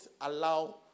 allow